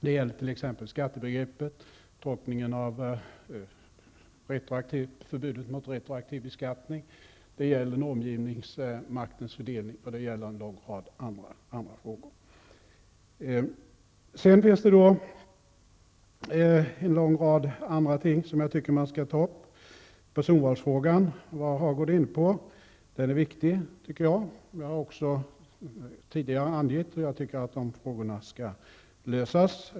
Det gäller t.ex. skattebegreppet, tolkningen av förbudet mot retroaktiv beskattning. Det gäller normgivningsmaktens fördelning, och det gäller en lång rad andra frågor. Det finns även en lång rad andra ting som jag tycker att man skall ta upp. Birger Hagård var inne på personvalsfrågan, och den är viktig. Jag har också tidigare angivit hur jag anser att de frågorna skall lösas.